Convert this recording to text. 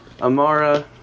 Amara